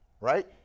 right